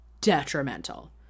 detrimental